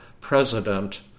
president